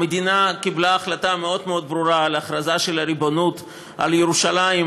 המדינה קיבלה החלטה מאוד מאוד ברורה על הכרזה של ריבונות על ירושלים,